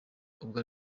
ubwo